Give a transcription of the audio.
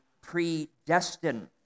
predestined